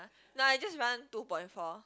no I just run two point four